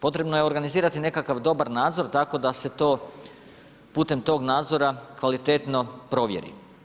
Potrebno je organizirati nekakav dobar nadzor, tako da se to putem tog nadzora kvalitetno provjeri.